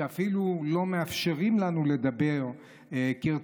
ששם אפילו לא מאפשרים לנו לדבר כרצוננו,